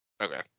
Okay